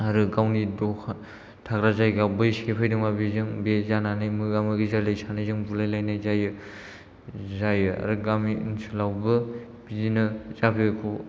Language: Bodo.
आरो गावनि दखान थाग्रा जायगायाव बै सेफैदोंबा बिजों बे जानानै मोगा मोगि जालायना सानैजों बुलायलायनाय जायो जायो आरो गामि ओनसोलावबो बिदिनो साफैखौ